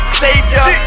savior